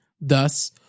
Thus